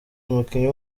umukinnyi